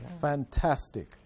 Fantastic